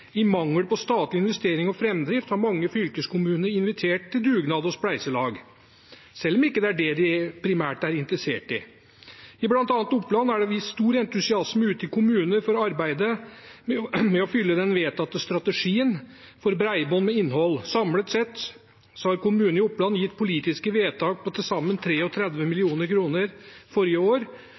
I mangel av statlig investering og framdrift har mange fylkeskommuner invitert til dugnad og spleiselag, selv om det ikke er det de primært er interessert i. I bl.a. Oppland er det vist stor entusiasme ute i kommuner for arbeidet med å fylle den vedtatte strategien for bredbånd med innhold. Samlet sett har kommunene i Oppland gitt politiske vedtak på til sammen 33 mill. kr forrige år,